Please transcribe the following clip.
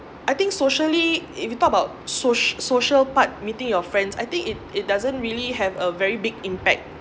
I think socially if you talk about soci~ social part meeting your friends I think it it doesn't really have a very big impact